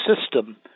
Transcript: system